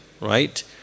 right